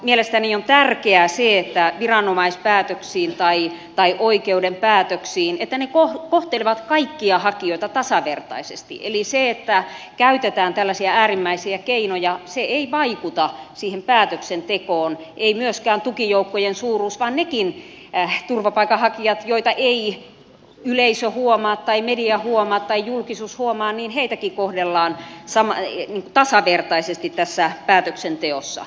mielestäni on tärkeää että viranomaispäätökset tai oikeuden päätökset kohtelevat kaikkia hakijoita tasavertaisesti eli se että käytetään tällaisia äärimmäisiä keinoja ei vaikuta siihen päätöksentekoon ei myöskään tukijoukkojen suuruus vaan niitäkin turvapaikanhakijoita joita yleisö media tai julkisuus ei huomaa kohdellaan tasavertaisesti tässä päätöksenteossa